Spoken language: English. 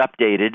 updated